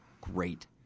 Great